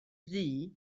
ddu